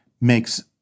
makes